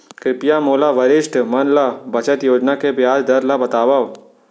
कृपया मोला वरिष्ठ मन बर बचत योजना के ब्याज दर ला बतावव